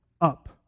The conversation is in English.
up